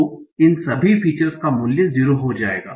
तो इन सभी फीचर्स का मूल्य 0 हो जाएगा